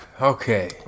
Okay